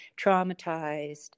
traumatized